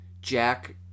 jack